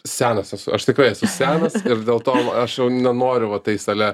senas esu aš tikrai esu senas ir dėl to aš nenoriu va tais ale